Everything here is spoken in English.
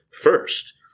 first